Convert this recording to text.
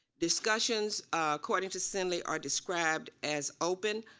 discussions according to cindy are described as open,